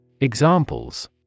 Examples